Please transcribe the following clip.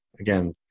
Again